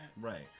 Right